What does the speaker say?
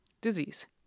disease